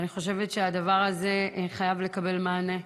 אני חושבת שהדבר הזה חייב לקבל מענה.